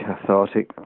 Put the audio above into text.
cathartic